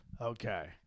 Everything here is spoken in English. Okay